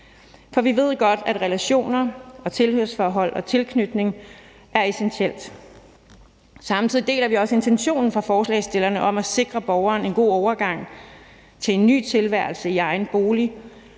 for vi ved godt, at relationer og tilhørsforhold og tilknytning er essentielt. Samtidig deler vi også intentionen fra forslagsstillernes side om at sikre borgeren en god overgang til en ny tilværelse i egen bolig,